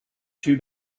too